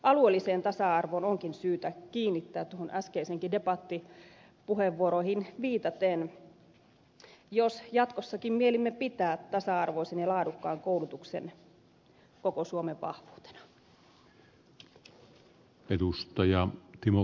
alueelliseen tasa arvoon onkin syytä kiinnittää huomiota äskeisiinkin debattipuheenvuoroihin viitaten jos jatkossakin mielimme pitää tasa arvoisen ja laadukkaan koulutuksen koko suomen vahvuutena